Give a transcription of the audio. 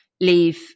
leave